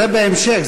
זה בהמשך,